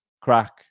crack